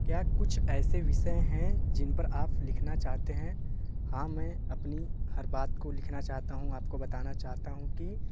क्या कुछ ऐसे विषय हैं जिन पर आप लिखना चाहते हैं हाँ मैं अपनी हर बात को लिखना चाहता हूँ आपको बताना चाहता हूँ कि